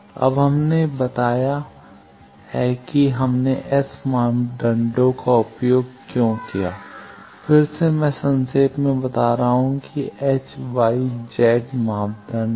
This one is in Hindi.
अब हमने बताया है कि हमने S मापदंडों का उपयोग क्यों किया फिर से मैं संक्षेप में बता रहा हूं कि H Y Z मापदंड हैं